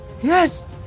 Yes